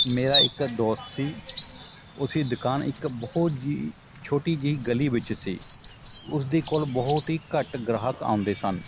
ਮੇਰਾ ਇੱਕ ਦੋਸਤ ਸੀ ਉਸਦੀ ਦੁਕਾਨ ਇੱਕ ਬਹੁਤ ਜੀ ਛੋਟੀ ਜਿਹੀ ਗਲੀ ਵਿੱਚ ਸੀ ਉਸ ਦੇ ਕੋਲ ਬਹੁਤ ਹੀ ਘੱਟ ਗਾਹਕ ਆਉਂਦੇ ਸਨ